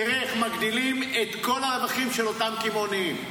תראה איך מגדילים את כל הרווחים של אותם קמעונאים,